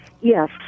Yes